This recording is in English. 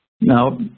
Now